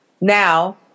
Now